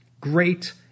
great